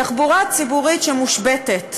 תחבורה ציבורית שמושבתת